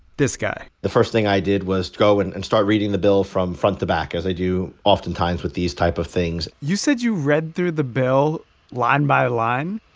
this guy the first thing i did was go and and start reading the bill from front to back, as i do oftentimes with these type of things you said you read through the bill line by line?